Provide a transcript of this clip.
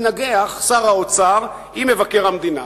שר האוצר מתנגח עם מבקר המדינה